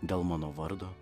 dėl mano vardo